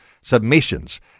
submissions